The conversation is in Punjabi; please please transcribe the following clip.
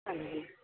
ਹਾਂਜੀ